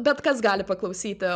bet kas gali paklausyti